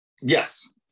Yes